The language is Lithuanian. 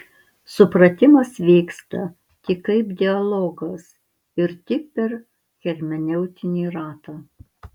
supratimas vyksta tik kaip dialogas ir tik per hermeneutinį ratą